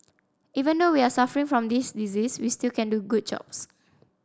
even though we are suffering from this disease we still can do good jobs